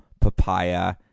papaya